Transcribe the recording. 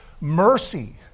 mercy